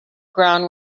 ground